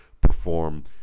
perform